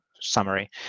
summary